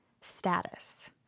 status